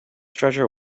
treasure